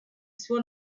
suo